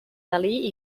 dalí